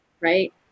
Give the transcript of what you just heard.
right